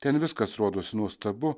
ten viskas rodosi nuostabu